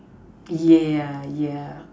yeah yeah